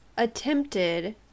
Attempted